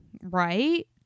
right